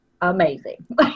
amazing